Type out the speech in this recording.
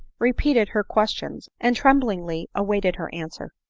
repeated her questions, and tremblingly awaited her answer.